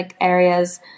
areas